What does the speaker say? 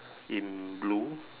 in blue